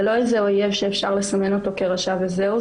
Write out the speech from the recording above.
זה לא איזה אויב שאפשר לסמן אותו כרשע וזהו,